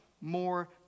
more